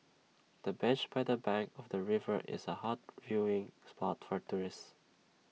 the bench by the bank of the river is A hot viewing spot for tourists